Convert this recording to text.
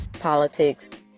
politics